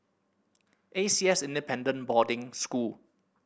A C S Independent Boarding School